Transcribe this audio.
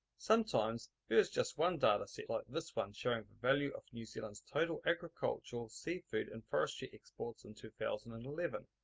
sometimes there is just one data set like this one showing the value of new zealand's total agricultural seafood and forestry exports in two thousand and eleven.